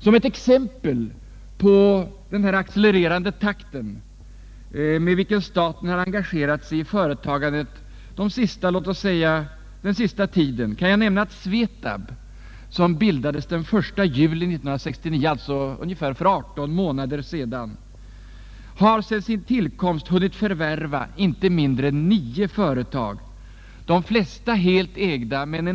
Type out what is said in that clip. Som ett exempel på den alltmer accelererande takt, med vilken staten har engagerat sig i företagandet den sista tiden, kan jag nämna att Allmänpolitisk debatt 75 Allmänpolitisk debatt SVETAB, som bildades den 1 juli 1969, alltså för ungefär 18 månader sedan, sedan sin tillkomst har hunnit förvärva inte mindre än 9 företag, de flesta helt ägda, i några